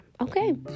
Okay